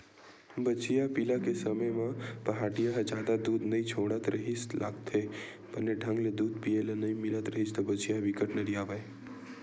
बछिया पिला के समे म पहाटिया ह जादा दूद नइ छोड़त रिहिस लागथे, बने ढंग ले दूद पिए ल नइ मिलत रिहिस त बछिया ह बिकट नरियावय